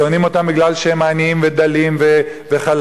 שונאים אותם כי הם עניים ודלים וחלשים.